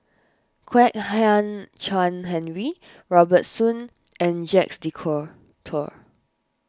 Kwek Hian Chuan Henry Robert Soon and Jacques De Coutre tour